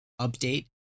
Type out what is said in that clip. update